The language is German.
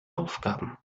aufgaben